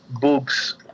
books